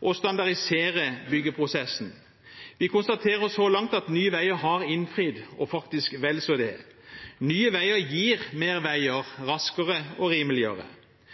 og standardisere byggeprosessen. Vi konstaterer så langt at Nye Veier har innfridd – og faktisk vel så det. Nye Veier gir flere veier raskere og rimeligere.